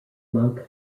monk